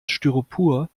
styropor